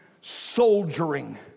soldiering